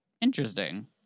Interesting